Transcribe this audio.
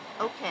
okay